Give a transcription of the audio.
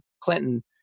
Clinton